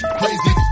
crazy